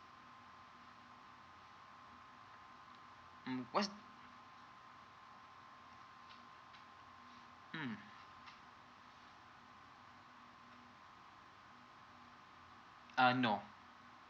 mm what's mm ah no